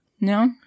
No